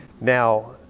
Now